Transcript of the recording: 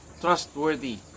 trustworthy